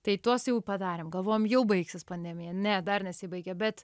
tai tuos jau padarėm galvojom jau baigsis pandemija ne dar nesibaigė bet